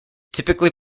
typically